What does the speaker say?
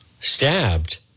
stabbed